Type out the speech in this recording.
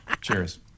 Cheers